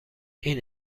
این